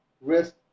risk